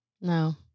No